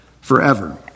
forever